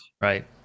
Right